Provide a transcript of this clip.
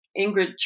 Ingrid